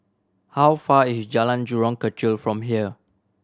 how far is Jalan Jurong Kechil from here